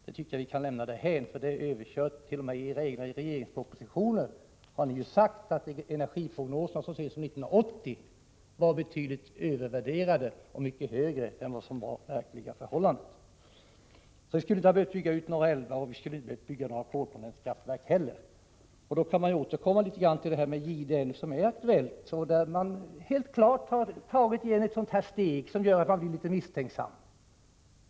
Jag tycker att vi kan lämna det därhän — det här har t.o.m. körts över i regeringens proposition. Man har ju sagt att den energiprognos som gjordes så sent som 1980 visade betydligt högre värden än de som i verkligheten förelåg. Vi skulle inte ha behövt bygga ut några älvar, och vi skulle inte ha behövt bygga några kolkondensverk heller. Då kan man återkomma till frågan om Gideälven, där regeringen helt klart tagit ett steg som gör att man blir misstänksam.